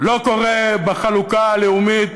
לא קורה בחלוקה הלאומית